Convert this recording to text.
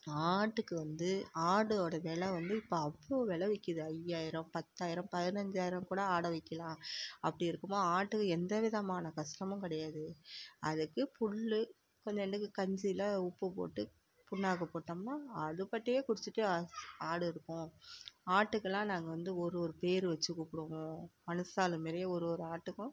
ஆட்டுக்கு வந்து ஆட்டோட விலை வந்து இப்போது அவ்வளோ விலை விற்குது ஐயாயிரம் பத்தாயிரம் பதினஞ்சாயிரம் கூட ஆட்ட விற்கலாம் அப்படி இருக்கும்போது ஆட்டுக்கு எந்த விதமான கஷ்டமும் கிடையாது அதுக்கு புல் கொஞ்சோண்டு கஞ்சியில் உப்புப்போட்டு புண்ணாக்கு போட்டோம்னா அதுபாட்டுக்கு குடிச்சுட்டு ஆடு இருக்கும் ஆட்டுக்கெல்லாம் நாங்கள் வந்து ஒரு ஒரு பேர் வச்சு கூப்பிடுவோம் மனுசாள் மாதிரியே ஒரு ஒரு ஆட்டுக்கும்